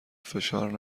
فشار